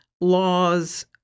laws